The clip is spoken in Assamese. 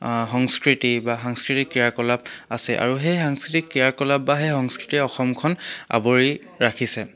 সংস্কৃতি বা সাংস্কৃতিক ক্ৰিয়াকলাপ আছে আৰু সেই সাংস্কৃতিক ক্ৰিয়াকলাপ বা সেই সংস্কৃতিৰ অসমখন আৱৰি ৰাখিছে